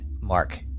mark